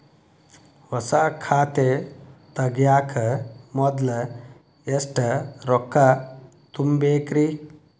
ಹೊಸಾ ಖಾತೆ ತಗ್ಯಾಕ ಮೊದ್ಲ ಎಷ್ಟ ರೊಕ್ಕಾ ತುಂಬೇಕ್ರಿ?